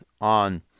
on